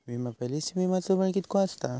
विमा पॉलिसीत विमाचो वेळ कीतको आसता?